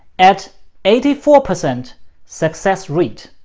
at eighty four percent success rate,